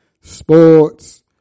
sports